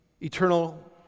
eternal